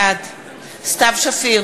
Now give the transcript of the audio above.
בעד סתיו שפיר,